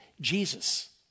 Jesus